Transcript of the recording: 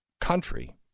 country